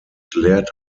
lehrt